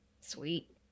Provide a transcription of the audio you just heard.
Sweet